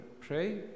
pray